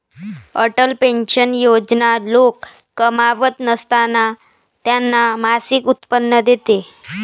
Atal pension योजना लोक कमावत नसताना त्यांना मासिक उत्पन्न देते